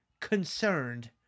concerned